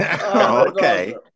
okay